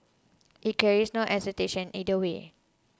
it carries no assertion either way